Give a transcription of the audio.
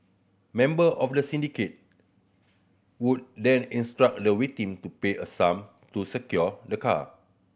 member of the syndicate would then instruct the victim to pay a sum to secure the car